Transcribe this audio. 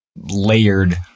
layered